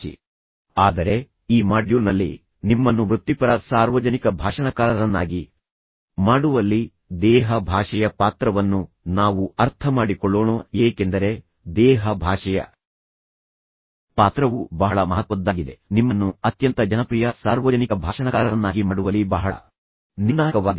ಈಗ ಅದು ವೃತ್ತಿಪರರಾಗುವ ಬಗ್ಗೆ ಆದರೆ ಈ ಮಾಡ್ಯೂಲ್ನಲ್ಲಿ ನಿಮ್ಮನ್ನು ವೃತ್ತಿಪರ ಸಾರ್ವಜನಿಕ ಭಾಷಣಕಾರರನ್ನಾಗಿ ಮಾಡುವಲ್ಲಿ ದೇಹ ಭಾಷೆಯ ಪಾತ್ರವನ್ನು ನಾವು ಅರ್ಥಮಾಡಿಕೊಳ್ಳೋಣ ಏಕೆಂದರೆ ದೇಹ ಭಾಷೆಯ ಪಾತ್ರವು ಬಹಳ ಮಹತ್ವದ್ದಾಗಿದೆ ನಿಮ್ಮನ್ನು ಅತ್ಯಂತ ಜನಪ್ರಿಯ ಸಾರ್ವಜನಿಕ ಭಾಷಣಕಾರರನ್ನಾಗಿ ಮಾಡುವಲ್ಲಿ ಬಹಳ ನಿರ್ಣಾಯಕವಾಗಿದೆ